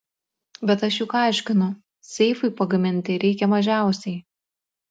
bet aš juk aiškinu seifui pagaminti reikia mažiausiai